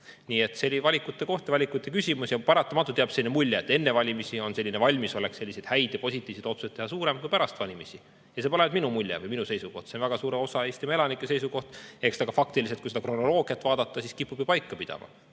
Nii et see oli valikute koht, valikute küsimus. Paratamatult jääb selline mulje, et enne valimisi on valmisolek selliseid häid ja positiivseid otsuseid teha suurem kui pärast valimisi. See pole vaid minu mulje või minu seisukoht, see on väga suure osa Eestimaa elanike seisukoht. Eks ta ka faktiliselt, kui kronoloogiat vaadata, kipub ju paika pidama.